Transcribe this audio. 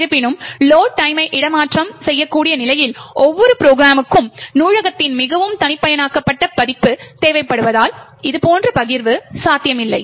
இருப்பினும் லோட் டைம்மைக் இடமாற்றம் செய்யக்கூடிய நிலையில் ஒவ்வொரு ப்ரொக்ராமுக்கும் நூலகத்தின் மிகவும் தனிப்பயனாக்கப்பட்ட பதிப்பு தேவைப்படுவதால் இதுபோன்ற பகிர்வு சாத்தியமில்லை